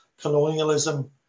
colonialism